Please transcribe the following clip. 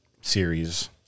series